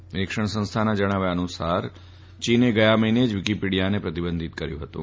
એક નીરિક્ષણ સંસ્થાના જણાવ્યા અનુસાર ચીને ગયા મહિને જ વીકીપીડીયાને પ્રતિબંધિત કર્યું હતું